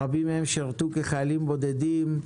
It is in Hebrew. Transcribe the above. רבים מהם שירתו כחיילים בודדים,